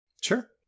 Sure